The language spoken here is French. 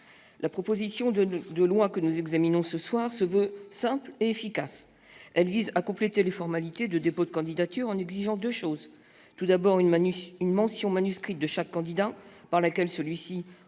La proposition de loi que nous examinons ce soir se veut simple et efficace. Elle vise à compléter les formalités de dépôt des candidatures en exigeant deux choses : tout d'abord, une mention manuscrite de chaque candidat, par laquelle celui-ci